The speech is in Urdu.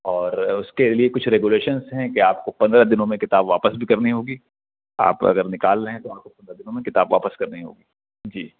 اور اس کے لیے کچھ ریگولیشنس ہیں کہ آپ کو پندرہ دنوں میں کتاب واپس بھی کرنی ہوگی آپ اگر نکال رہے ہیں تو آپ کو پندرہ دنوں میں کتاب واپس کرنی ہوگی جی